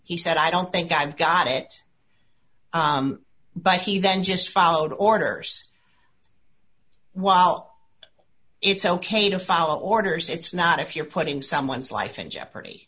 he said i don't think i've got it but he then just followed orders while it's ok to follow orders it's not if you're putting someone's life in jeopardy